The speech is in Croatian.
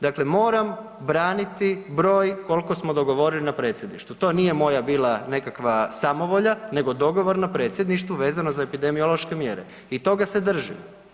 Dakle, moram braniti broj kolko smo dogovorili na predsjedništvu, to nije moja bila nekakva samovolja nego dogovor na predsjedništvu vezano za epidemiološke mjere i toga se držim.